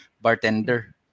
bartender